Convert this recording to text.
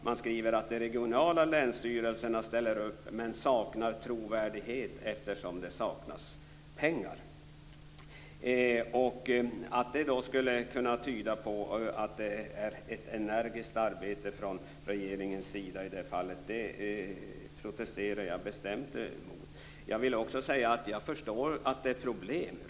Man säger att de regionala länsstyrelserna ställer upp men saknar trovärdighet eftersom det saknas pengar. Att det skulle kunna tyda på att det görs ett energiskt arbete från regeringens sida i det fallet protesterar jag bestämt mot. Jag vill också säga att jag förstår att det är problem.